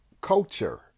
culture